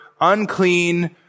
unclean